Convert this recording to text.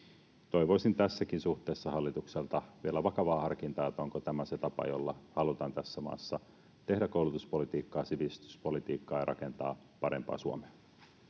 Toivoisin tässäkin suhteessa hallitukselta vielä vakavaa harkintaa, että onko tämä se tapa, jolla halutaan tässä maassa tehdä koulutuspolitiikkaa, sivistyspolitiikkaa ja rakentaa parempaa Suomea.